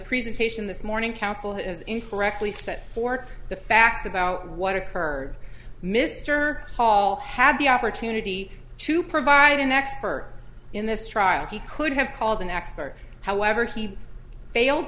presentation this morning counsel has incorrectly said fork the facts about what occurred mr hall had the opportunity to provide an expert in this trial he could have called an expert however he failed